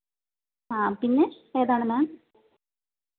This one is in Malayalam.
ആ പിന്നെ ഏതാണ് മാം